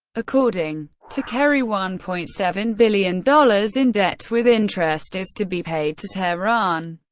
according to kerry, one point seven billion dollars in debt with interest is to be paid to tehran.